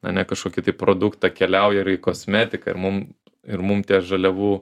ane kažkokį tai produktą keliauja ir į kosmetiką ir mum ir mum tie žaliavų